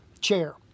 chair